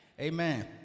Amen